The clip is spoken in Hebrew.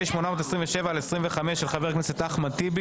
התשפ"ג 2022 (פ/827/25), של חה"כ אחמד טיבי,